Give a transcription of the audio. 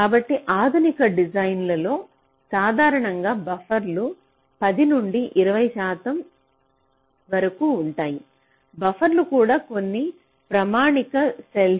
కాబట్టి ఆధునిక డిజైన్లలో సాధారణంగా బఫర్లు 10 నుండి 20 శాతం వరకు ఉంటాయి బఫర్లు కూడా కొన్ని ప్రామాణిక సెల్స్